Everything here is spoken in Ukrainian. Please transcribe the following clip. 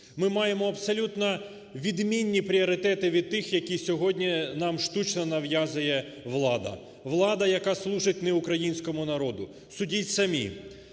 Ми маємо абсолютно відмінні пріоритети від тих, які сьогодні нам штучно нав'язує влада. Влада, яка служить не українському народу. Судіть самі,